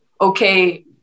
okay